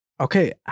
okay